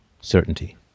certainty